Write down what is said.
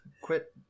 Quit